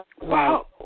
Wow